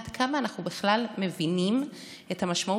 עד כמה אנחנו בכלל מבינים את המשמעות